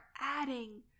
adding